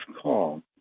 call